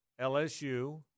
LSU